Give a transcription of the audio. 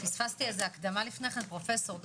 מצאו תרופה שמרפאת.